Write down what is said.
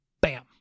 bam